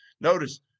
Notice